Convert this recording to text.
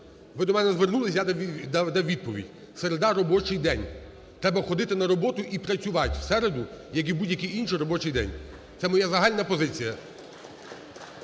Ви до мене звернулись. Я вам дам відповідь. Середа – робочий день. Треба ходити на роботу і працювати в середу, як і в будь-який інший робочий день – це моя загальна позиція.